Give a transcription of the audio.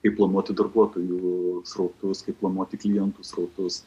kaip planuoti darbuotojų srautus kaip planuoti klientų srautus